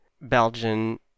Belgian